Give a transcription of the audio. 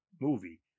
movie